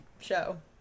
show